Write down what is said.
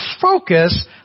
focus